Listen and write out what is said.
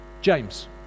James